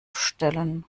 stellen